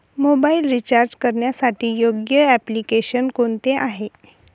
Mobile recharge करण्यासाठी योग्य application कोणते आहे?